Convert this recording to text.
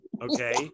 Okay